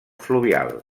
fluvial